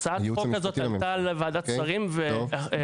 הצעת החוק הזאת עלתה לוועדת שרים ונקבע